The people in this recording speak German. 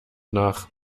nach